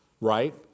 Right